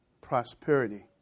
Prosperity